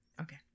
Okay